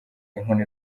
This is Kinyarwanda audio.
inkoni